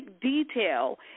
detail